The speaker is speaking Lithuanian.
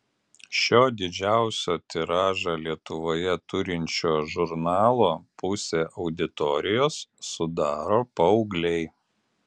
šio didžiausią tiražą lietuvoje turinčio žurnalo pusę auditorijos sudaro paaugliai